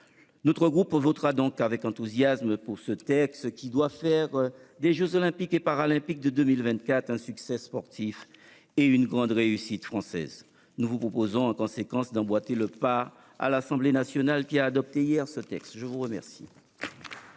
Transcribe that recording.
Le groupe RDPI votera donc avec enthousiasme en faveur de ce texte, qui contribuera à faire des jeux Olympiques et Paralympiques de 2024 un succès sportif et une grande réussite française. Nous vous proposons en conséquence d'emboîter le pas à l'Assemblée nationale qui a adopté, hier, ce projet de loi.